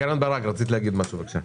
קרן ברק, רצית להגיד משהו, בבקשה.